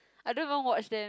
I don't even watch them